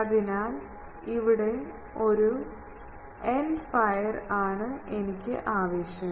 അതിനാൽ ഇവിടെ ഒരു എൻഡ് ഫയർ ആണ് എനിക്ക് ആവശ്യം